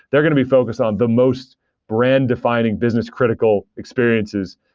they're going to be focused on the most brand-defining, business-critical experiences.